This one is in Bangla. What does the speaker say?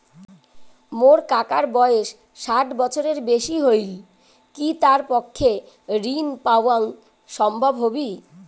মোর কাকার বয়স ষাট বছরের বেশি হলই কি তার পক্ষে ঋণ পাওয়াং সম্ভব হবি?